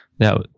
Now